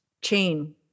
chain